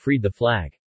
FreedTheFlag